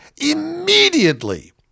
immediately